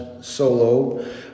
solo